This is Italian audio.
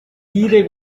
dire